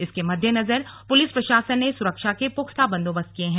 इसके मद्देनजर पुलिस प्रशासन ने सुरक्षा के पुख्ता बंदोबस्त किये हैं